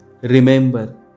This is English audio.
Remember